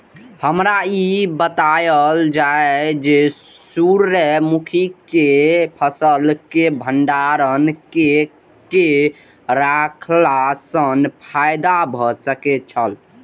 हमरा ई बतायल जाए जे सूर्य मुखी केय फसल केय भंडारण केय के रखला सं फायदा भ सकेय छल?